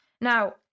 Now